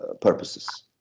purposes